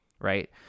right